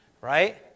Right